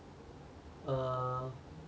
err